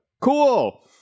cool